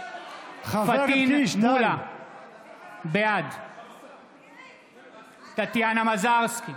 פטין מולא, בעד טטיאנה מזרסקי,